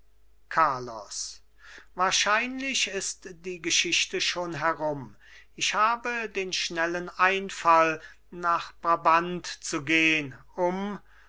carlos wahrscheinlich ist die geschichte schon herum ich habe den schnellen einfall nach brabant zu gehn um